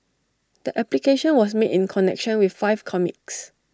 the application was made in connection with five comics